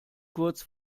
kurz